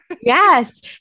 Yes